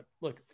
look